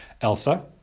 Elsa